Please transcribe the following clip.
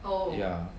ya